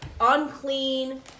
unclean